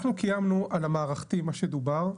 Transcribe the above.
אנחנו קיימנו על המערכתי, מה שדובר,